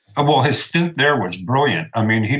well, his stint there was brilliant. i mean,